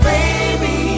Baby